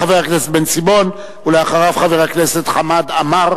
חבר הכנסת בן-סימון, ואחריו, חבר הכנסת חמד עמאר.